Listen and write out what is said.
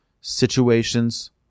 situations